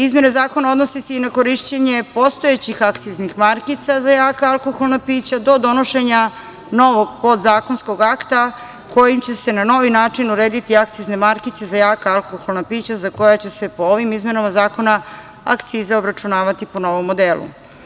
Izmene zakona odnose se i na korišćenje postojećih akciznih markica za jaka alkoholna pića do donošenja novog podzakonskog akta kojim će se na novi način urediti akcizne markice za jaka alkoholna pića za koja će se, po ovim izmenama zakona, akcize obračunavati po novom modelu.